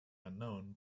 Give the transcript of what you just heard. unknown